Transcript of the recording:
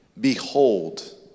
Behold